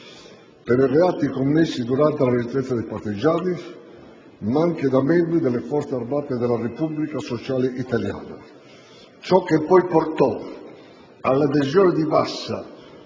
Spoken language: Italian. per i reati commessi durante la Resistenza da partigiani, ma anche da membri delle Forze armate della Repubblica Sociale Italiana. Ciò che poi portò all'adesione di massa